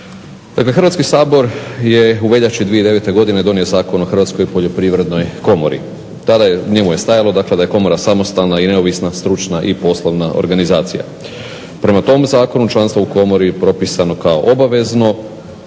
Dakle Hrvatski sabor je u veljači 2009. godine donio Zakon o Hrvatskoj poljoprivrednoj komori. U njemu je stajalo da je Komora samostalna i neovisna stručna i poslovna organizacija. Prema tom zakonu članstvo u Komori propisano je kao obavezno